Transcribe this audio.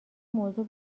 موضوع